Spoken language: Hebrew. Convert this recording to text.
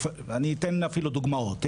אני אתן אפילו דוגמאות.